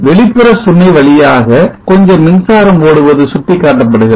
வெளிப்புற சுமை வழியாக கொஞ்சம் மின்சாரம் ஓடுவது சுட்டிக்காட்டப்படுகிறது